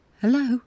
Hello